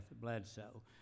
bledsoe